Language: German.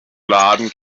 laden